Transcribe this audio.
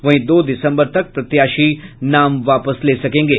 वहीं दो दिसम्बर तक प्रत्याशी नाम वापस ले सकेंगे